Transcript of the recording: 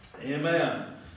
Amen